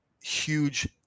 huge